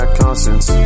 conscience